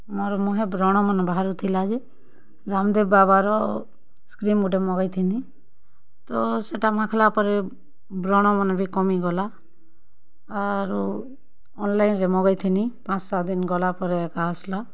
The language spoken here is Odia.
ମୋର୍ ମୁହେଁ ବ୍ରଣମାନେ ବାହାରୁ ଥିଲା ଯେ ରାମ୍ଦେବ ବାବାର କ୍ରିମ୍ ଗୁଟେ ମଗେଇ ଥିନି ତ ସେଟା ମାଖ୍ଲା ପରେ ବ୍ରଣ ମାନେ ବି କମିଗଲା ଆରୁ ଅନ୍ଲାଇନ୍ରେ ମଗେଇଥିନି ପାଞ୍ଚ୍ ସାତ୍ ଦିନ୍ ଗଲା ପରେ ଏକା ଆସ୍ଲା